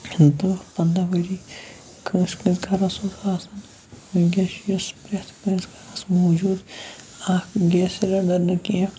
دہ پنٛداہ ؤری کٲنٛسہِ کٲنٛسہِ گَرَس منٛز آسان وٕنکیٚس چھُ یہِ سُہ پرٛٮ۪تھ کُنہِ گَرَس منٛز موٗجوٗد اَکھ گیس سِلینڈَر نہٕ کینٛہہ